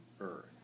earth